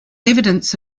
evidence